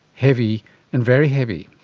heavy and very heavy.